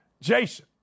Jason